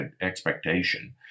expectation